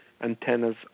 antennas